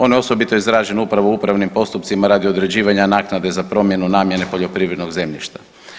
Ono je osobito izraženo upravo u upravnim postupcima radi određivanja naknade za promjenu namjene poljoprivrednog zemljišta.